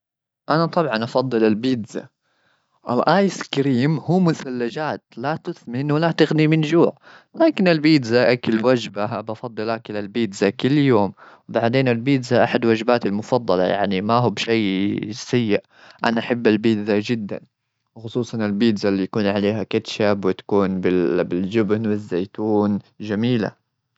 أنا طبعا أفضل البيتزا أو آيس كريم! هو مثلجات، لا تثمن ولا تغني من جوع. لكن البيتزا، أكل وجبة، بفضل أكل البيتزا كل يوم. بعدين، البيتزا أحد وجباتي المفضلة، يعني ما هو بشيء سيء. أنا أحب البيتزا جدًا، وخصوصا البيتزا اللي يكون عليها كاتشب وتكون بال-بالجبن والزيتون، جميلة.